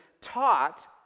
taught